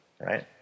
right